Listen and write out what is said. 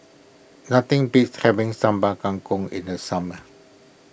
nothing beats having Sambal Kangkong in the summer